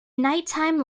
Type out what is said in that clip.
nighttime